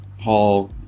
Paul